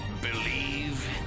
believe